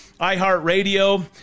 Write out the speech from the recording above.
iHeartRadio